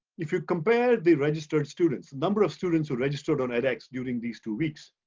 if you compare the registered students, number of students who registered on edx during these two weeks,